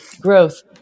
growth